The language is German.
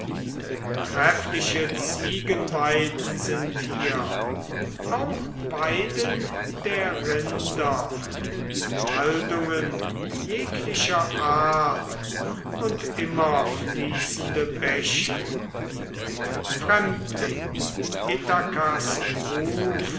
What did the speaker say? treffliche ziegenweiden sind hier auch weiden der rinder waldungen jeglicher art und immerfließende bäche fremdling ithakas ruf